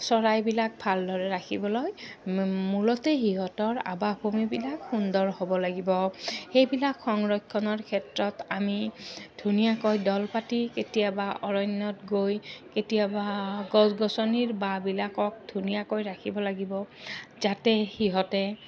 চৰাইবিলাক ভালদৰে ৰাখিবলৈ মূলতে সিহঁতৰ আৱাসভূমিবিলাক সুন্দৰ হ'ব লাগিব সেইবিলাক সংৰক্ষণৰ ক্ষেত্ৰত আমি ধুনীয়াকৈ দল পাতি কেতিয়াবা অৰণ্যত গৈ কেতিয়াবা গছ গছনিৰ বাঁহবিলাকক ধুনীয়াকৈ ৰাখিব লাগিব যাতে সিহঁতে